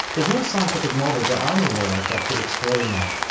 there's no scientific model that i'm aware of that could explain that.